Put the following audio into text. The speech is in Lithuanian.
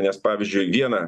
nes pavyzdžiui viena